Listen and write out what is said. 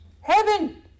Heaven